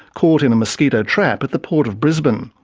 caught in a mosquito trap at the port of brisbane.